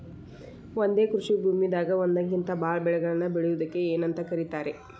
ಒಂದೇ ಕೃಷಿ ಭೂಮಿದಾಗ ಒಂದಕ್ಕಿಂತ ಭಾಳ ಬೆಳೆಗಳನ್ನ ಬೆಳೆಯುವುದಕ್ಕ ಏನಂತ ಕರಿತಾರೇ?